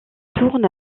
tourne